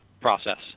process